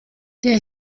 der